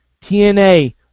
TNA